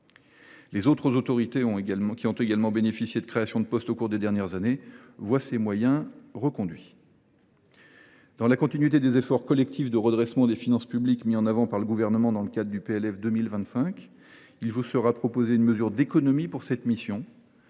Les autres autorités qui ont également bénéficié de la création de postes au cours des dernières années voient leurs moyens reconduits. Pour poursuivre les efforts collectifs de redressement des finances publiques mis en avant par le Gouvernement dans le présent PLF, il vous sera proposé une mesure d’économie, préservant